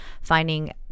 finding